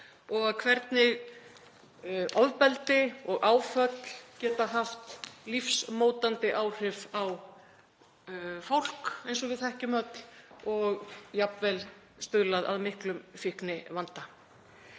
og hvernig ofbeldi og áföll geta haft lífsmótandi áhrif á fólk, eins og við þekkjum öll, og jafnvel stuðlað að miklum fíknivanda.